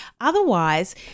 otherwise